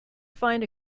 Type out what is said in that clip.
find